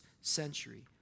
century